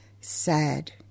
sad